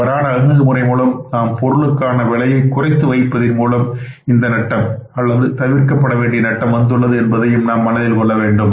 தவறான அணுகுமுறை மூலம் நாம் பொருளுக்கான விலையை குறைத்து வைப்பதன் மூலமாக இந்த நட்டம் அல்லது தவிர்க்கப்படவேண்டிய நட்டம் வந்துள்ளது என்பதை மனதில் கொள்ளவும்